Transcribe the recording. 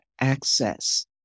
access